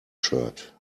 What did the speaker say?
shirt